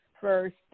first